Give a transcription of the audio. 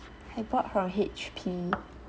I bought from H_P